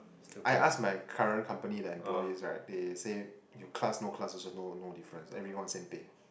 I asked my current company the employees right they say you class no class also no no difference everyone same pay